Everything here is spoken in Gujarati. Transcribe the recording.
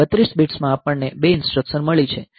32 બિટ્સમાં આપણને બે ઇન્સટ્રકશન મળી છે